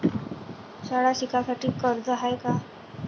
शाळा शिकासाठी कर्ज हाय का?